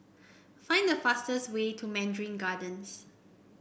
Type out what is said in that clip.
find the fastest way to Mandarin Gardens